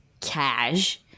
Cash